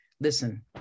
listen